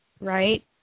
right